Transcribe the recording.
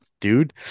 dude